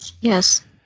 Yes